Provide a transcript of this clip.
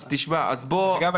אז תשמע, בוא --- אתה יודע מה?